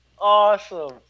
awesome